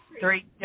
Three